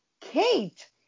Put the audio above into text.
Kate